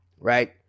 right